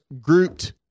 grouped